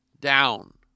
down